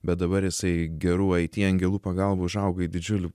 bet dabar jisai gerų aity angelų pagalba užaugo į didžiulį